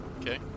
Okay